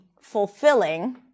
fulfilling